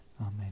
Amen